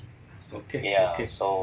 okay okay